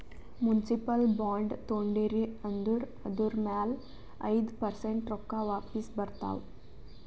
municipal bond ತೊಂಡಿರಿ ಅಂದುರ್ ಅದುರ್ ಮ್ಯಾಲ ಐಯ್ದ ಪರ್ಸೆಂಟ್ ರೊಕ್ಕಾ ವಾಪಿಸ್ ಬರ್ತಾವ್